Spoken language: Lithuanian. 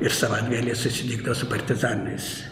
ir savaitgalyje susitikdavau su partizanais